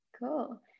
Cool